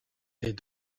des